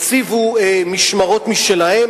הם הציבו משמרות משלהם,